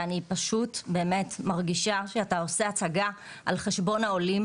אני פשוט באמת מרגישה שאתה עושה הצגה על חשבון העולים,